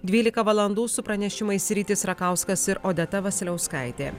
dvylika valandų su pranešimais rytis rakauskas ir odeta vasiliauskaitė